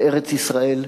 לארץ-ישראל,